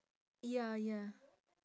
ya ya